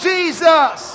Jesus